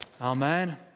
amen